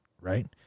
right